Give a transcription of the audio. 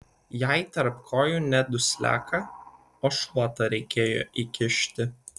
jai tarp kojų ne dusliaką o šluotą reikėjo įkišti